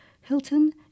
Hilton